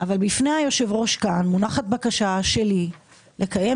אבל לפני היושב ראש כאן מונחת בקשה שלי לקיים